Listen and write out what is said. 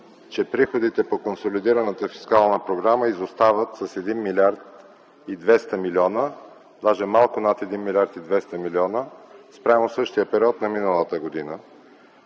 че приходите по консолидираната фискална програма изостават с 1 млрд. 200 млн., даже малко над 1 млрд. 200 млн., спрямо същия период на миналата година.